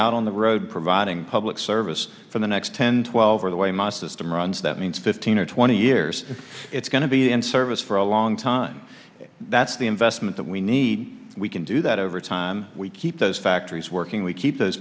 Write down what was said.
out on the road providing public service for the next ten twelve are the way my system runs that means fifteen or twenty years it's going to be in service for a long time that's the investment that we need we can do that over time to keep those factories working we keep those